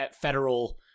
federal